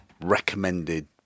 recommended